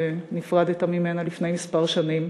שנפרדת ממנה לפני כמה שנים,